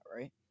right